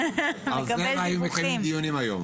על זה לא היו מקיימים דיונים היום.